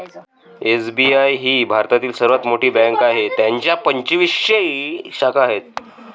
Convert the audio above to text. SBI ही भारतातील सर्वात मोठी बँक आहे ज्याच्या पंचवीसशे शाखा आहेत